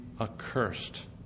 accursed